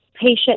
patient